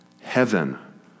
heaven